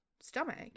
stomach